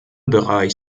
bereich